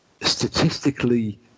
statistically